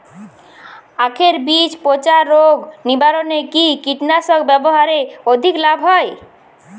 আঁখের বীজ পচা রোগ নিবারণে কি কীটনাশক ব্যবহারে অধিক লাভ হয়?